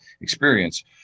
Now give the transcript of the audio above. experience